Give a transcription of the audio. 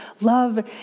love